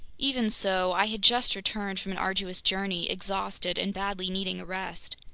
even so, i had just returned from an arduous journey, exhausted and badly needing a rest.